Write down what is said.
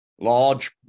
Large